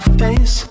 face